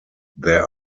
there